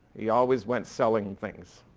he always went selling things.